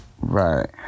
Right